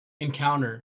encounter